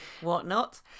whatnot